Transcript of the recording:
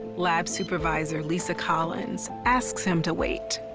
lab supervisor lisa collins asks him to wait.